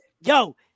Yo